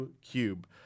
Cube